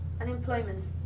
Unemployment